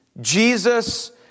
Jesus